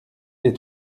des